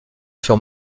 furent